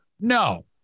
No